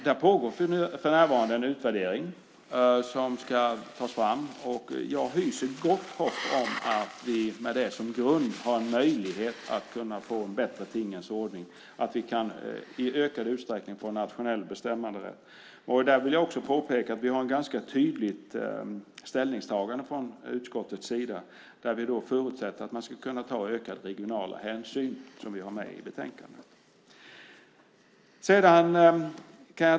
Det pågår för närvarande en utvärdering, och jag hyser gott hopp om att vi med den som grund har möjlighet att få en bättre tingens ordning, att vi i ökad utsträckning kan få en nationell bestämmanderätt. Där vill jag också påpeka att vi har ett ganska tydligt ställningstagande från utskottets sida med i betänkandet där vi förutsätter att man ska kunna ta ökade regionala hänsyn.